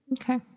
Okay